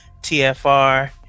TFR